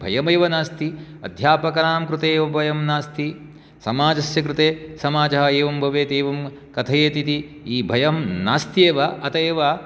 भयम् एव नास्ति अध्यापकनां कृते एव भयं नास्ति समाजस्य कृते समाजः एवं भवेत् एवं कथयेत् इति भयं नास्ति एव अतः एव